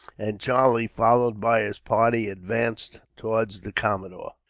and charlie, followed by his party, advanced towards the commodore.